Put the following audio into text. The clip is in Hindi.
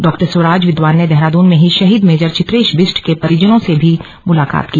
डॉ स्वराज विद्वान ने देहरादून में ही शहीद मेजर चित्रेश बिष्ट के परिजनों से भी मुलाकात की